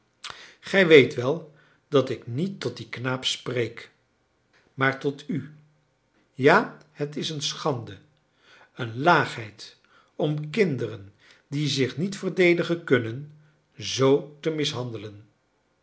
gij weet wel dat ik niet tot dien knaap spreek maar tot u ja het is een schande een laagheid om kinderen die zich niet verdedigen kunnen zoo te mishandelen